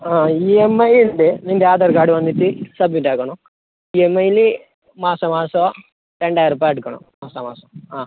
ആ E M I ഉണ്ട് നിൻ്റെ ആധാർ കാർഡ് വന്നിട്ട് സബ്മിറ്റാക്കണം ഇ എം ഐയിൽ മാസം മാസം രണ്ടായിരം ഉർപ്യ അടക്കണം മാസാ മാസം ആ